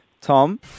Tom